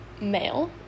male